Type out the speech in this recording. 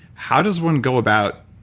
how does one go about,